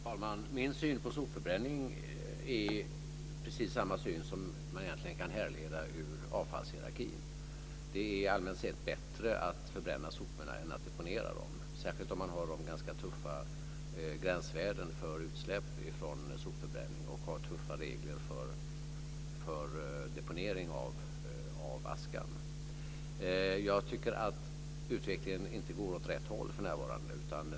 Fru talman! Min syn på sopförbränning är precis samma syn som man kan härleda ur avfallshierarkin. Det är allmänt sett bättre att förbränna soporna än att deponera dem, särskilt när man har ganska tuffa gränsvärden för utsläpp från sopförbränning och har tuffa regler för deponering av askan. Jag tycker att utvecklingen inte går åt rätt håll för närvarande.